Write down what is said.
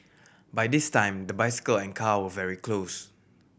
by this time the bicycle and car were very close